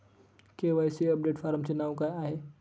KYC update फॉर्मचे नाव काय आहे?